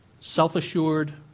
Self-assured